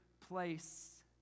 place